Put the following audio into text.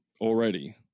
already